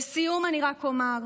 לסיום אני רק אומר: